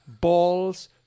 balls